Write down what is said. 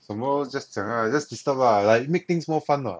什么东西 just 讲 ah just disturb lah like make things more fun [what]